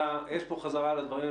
יש פה חזרה על הדברים.